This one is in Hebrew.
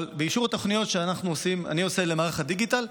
אבל באישור תוכניות שאני עושה למערך הדיגיטל,